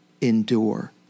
endure